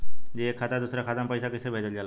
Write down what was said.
जी एक खाता से दूसर खाता में पैसा कइसे भेजल जाला?